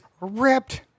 ripped